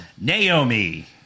Naomi